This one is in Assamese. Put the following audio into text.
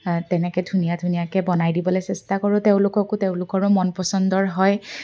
তেনেকে ধুনীয়া ধুনীয়াকে বনাই দিবলৈ চেষ্টা কৰোঁ তেওঁলোককো তেওঁলোকৰো মন পচন্দৰ হয়